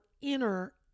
inner